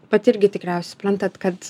pati irgi tikriaus suprantat kad